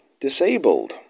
disabled